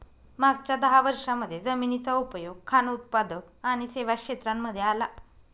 मागच्या दहा वर्षांमध्ये जमिनीचा उपयोग खान उत्पादक आणि सेवा क्षेत्रांमध्ये आला